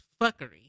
fuckery